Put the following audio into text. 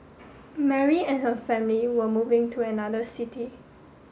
Mary and her family were moving to another city